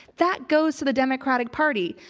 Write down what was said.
that goes to the democratic party.